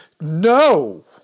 No